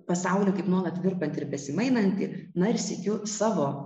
pasaulį kaip nuolat virpantį ir besimainantį na ir sykiu savo